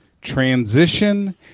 transition